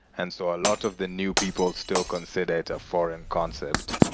and so a lot of the new people still consider it a foreign concept.